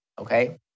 okay